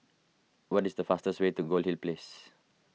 what is the faster way to Goldhill Place